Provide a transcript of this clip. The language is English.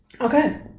Okay